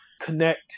connect